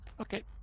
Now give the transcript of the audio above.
Okay